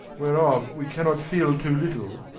whereof we cannot feele too little,